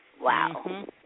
wow